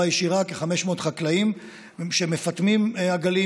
ישירה כ-500 חקלאים שמפטמים עגלים,